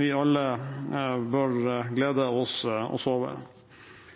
vi alle bør glede oss over.